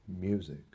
music